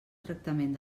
tractament